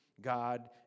God